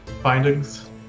findings